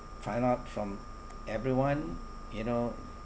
find out from everyone you know